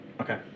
Okay